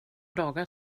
dagar